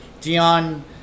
Dion